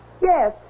Yes